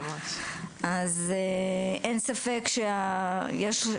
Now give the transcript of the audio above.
אז אין ספק שיש,